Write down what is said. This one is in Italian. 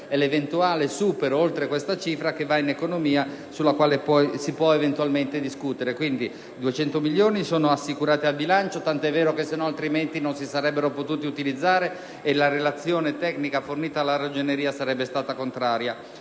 È l'eventuale esubero di questa cifra che va in economia su cui si può eventualmente discutere. 200 milioni sono assicurati al bilancio, altrimenti non si sarebbero potuti utilizzare e la relazione tecnica fornita dalla Ragioneria sarebbe stata contraria.